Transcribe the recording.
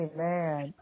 Amen